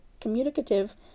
communicative